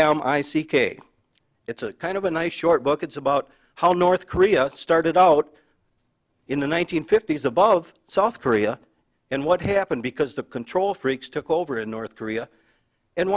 m i c k it's a kind of a nice short book it's about how north korea started out in the one nine hundred fifty s above south korea and what happened because the control freaks took over in north korea and